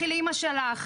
לכי לאמא שלך',